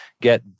get